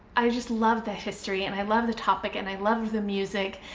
i just love the history, and i love the topic, and i love the music.